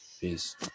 Peace